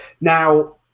Now